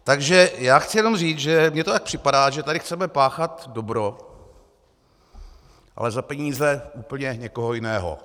Takže já chci jenom říct, že mně to připadá tak, že tady chceme páchat dobro, ale za peníze úplně někoho jiného.